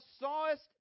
sawest